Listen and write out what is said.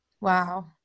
Wow